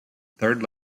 third